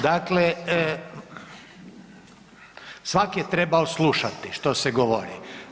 Dakle, svak je trebao slušati što se govori.